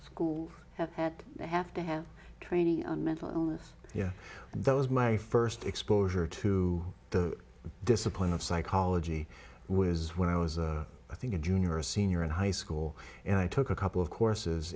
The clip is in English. schools have had they have to have training on mental illness yeah those my first exposure to the discipline of psychology was when i was i think a junior or a senior in high school and i took a couple of courses